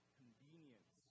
convenience